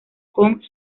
con